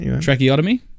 Tracheotomy